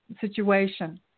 situation